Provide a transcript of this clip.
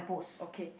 okay